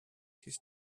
his